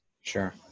Sure